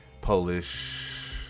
polish